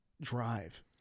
Drive